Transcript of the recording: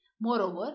Moreover